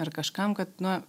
ar kažkam kad na